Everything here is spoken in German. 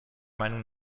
meinung